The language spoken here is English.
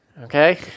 Okay